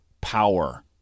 power